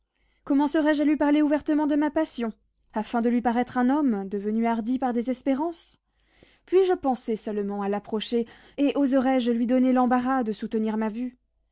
commencerai je à lui parler ouvertement de ma passion afin de lui paraître un homme devenu hardi par des espérances puis-je penser seulement à l'approcher et oserais-je lui donner l'embarras de soutenir ma vue